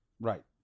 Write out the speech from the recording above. Right